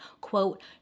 quote